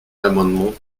l’amendement